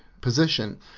position